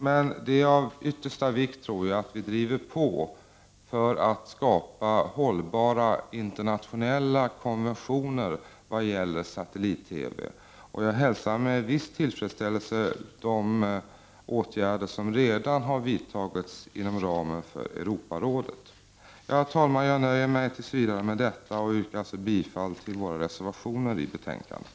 Men det är av största vikt, tror jag, att vi driver på för att skapa hållbara internationella konventioner vad gäller satellit-TV. Jag hälsar med viss tillfredsställelse de åtgärder som redan har vidtagits inom ramen för Europarådet. Herr talman! Jag nöjer mig tills vidare med detta och yrkar alltså bifall till våra reservationer till betänkandet.